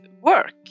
work